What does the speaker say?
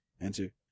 answer